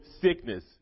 sickness